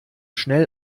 schnell